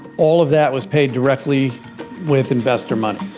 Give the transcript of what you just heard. all of that was paid directly with investor money.